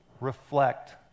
reflect